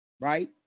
right